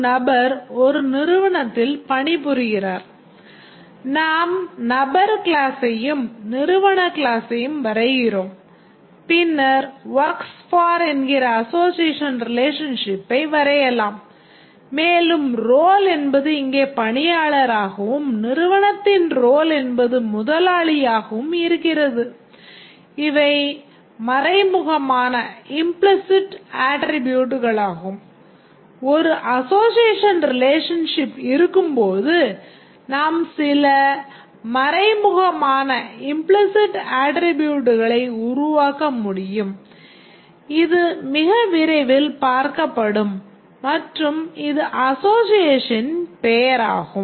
ஒரு நபர் ஒரு நிறுவனத்தில் பணியாற்றுகிறார் நாம் நபர் கிளாசையும் நிறுவன கிளாசையும் வரைகிறோம் பின்னர் works for என்கிற அசோஸியேஷன் ரிலேஷன்ஷிப்பை வரையலாம் மேலும் role என்பது இங்கே பணியாளராகவும் நிறுவனத்தின் role என்பது முதலாளியாகவும் இருக்கிறது இவை மறைமுகமான ஆட்ரிபூட்களை உருவாக்க வேண்டும் இது மிக விரைவில் பார்க்கப்படும் மற்றும் இது அசோஸியேஷனின் பெயராகும்